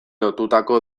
lotutako